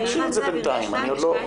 בינתיים נשאיר את זה.